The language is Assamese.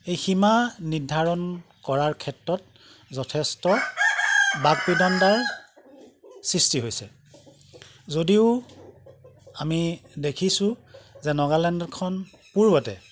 এই সীমা নিৰ্ধাৰণ কৰাৰ ক্ষেত্ৰত যথেষ্ট বাক বিদানদাৰ সৃষ্টি হৈছে যদিও আমি দেখিছো যে নগালেণ্ডখন পূৰ্বতে